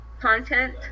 content